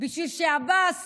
בשביל שעבאס